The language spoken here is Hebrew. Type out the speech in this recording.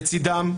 לצידם,